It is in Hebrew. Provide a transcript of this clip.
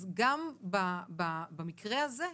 אז גם במקרה הזה,